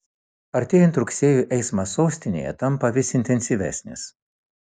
artėjant rugsėjui eismas sostinėje tampa vis intensyvesnis